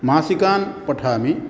मासिकान् पठामि